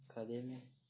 可怜